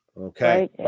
Okay